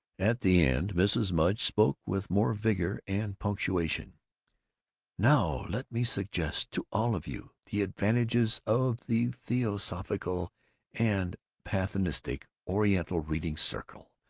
at the end mrs. mudge spoke with more vigor and punctuation now let me suggest to all of you the advantages of the theosophical and pantheistic oriental reading circle,